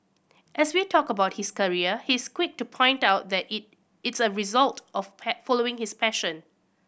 as we talk about his career he is quick to point out that it it's a result of following his passion